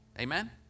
amen